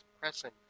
pressing